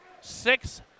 six